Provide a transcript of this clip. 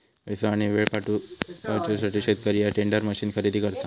पैसो आणि येळ वाचवूसाठी शेतकरी ह्या टेंडर मशीन खरेदी करता